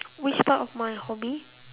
which part of my hobby